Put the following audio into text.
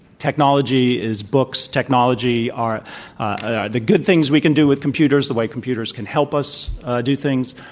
technology is books, technology are ah the good things we can do with computers, the way computers can help us do things.